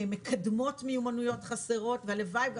מקדמות מיומנויות חסרות והלוואי גם